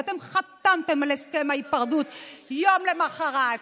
ואתם חתמתם על הסכם ההיפרדות יום למוחרת.